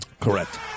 Correct